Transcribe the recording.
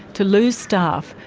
to lose staff,